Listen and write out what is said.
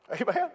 Amen